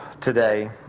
today